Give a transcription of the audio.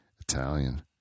Italian